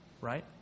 right